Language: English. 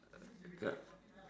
uh